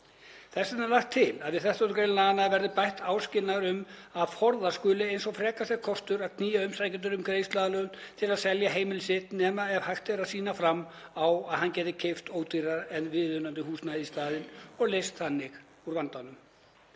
vegna er lagt til að við 13. gr. laganna verði bætt áskilnaði um að forðast skuli eins og frekast er kostur að knýja umsækjanda um greiðsluaðlögun til að selja húsnæði sitt, nema ef hægt er að sýna fram á að hann geti keypt ódýrara en viðunandi húsnæði í staðinn og leyst þannig úr vandanum.